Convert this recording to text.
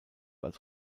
als